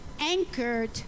anchored